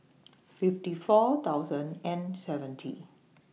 fifty four thousand and seventy